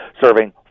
serving